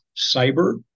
cyber